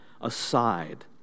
aside